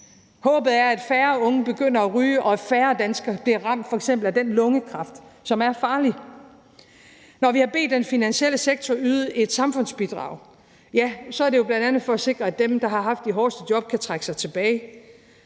Håbet er, at færre unge begynder at ryge, og at færre danskere bliver ramt af f.eks. lungekræft, som er farligt. Når vi har bedt den finansielle sektor om at yde et samfundsbidrag, er det jo bl.a. for at sikre, at dem, der har haft de hårdeste job, kan trække sig tilbage.